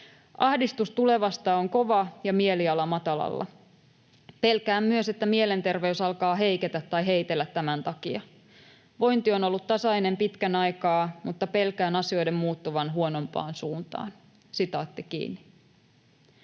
Ahdistus tulevasta on kova ja mieliala matalalla. Pelkään myös, että mielenterveys alkaa heiketä tai heitellä tämän takia. Vointi on ollut tasainen pitkän aikaa, mutta pelkään asioiden muuttuvan huonompaan suuntaan.” ”En tiedä tai